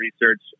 research